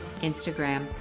Instagram